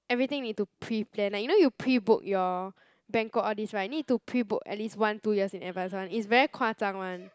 everything need to pre-plan like you know you pre book your banquet all this [right] need to pre-book at least one two years in advance [one] it's very 夸张 one